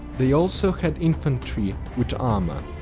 they also had infantry with armor.